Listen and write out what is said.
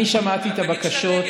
אני שמעתי את הבקשות,